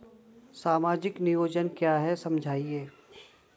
सामाजिक नियोजन क्या है समझाइए?